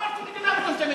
אמרתי "מדינה מטומטמת".